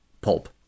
pulp